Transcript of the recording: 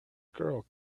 girl